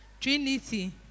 Trinity